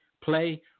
play